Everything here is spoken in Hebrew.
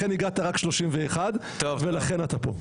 לכן הגעת רק 31 ולכן אתה פה.